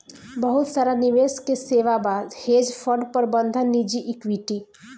बहुत सारा निवेश के सेवा बा, हेज फंड प्रबंधन निजी इक्विटी